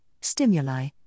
stimuli